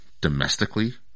domestically